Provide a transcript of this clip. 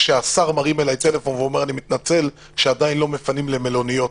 כשהשר מרים אליי טלפון ואומר: אני מתנצל שעדיין לא מפנים למלוניות,